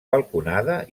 balconada